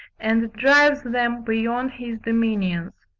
and drives them beyond his dominions.